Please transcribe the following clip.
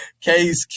Case